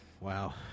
Wow